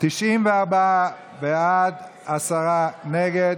94 בעד, עשרה נגד.